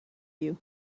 you